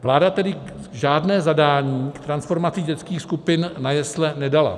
Vláda tedy žádné zadání k transformaci dětských skupin na jesle nedala.